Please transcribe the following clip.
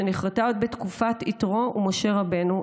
שנכרתה עוד בתקופת יתרו ומשה רבנו,